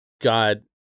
God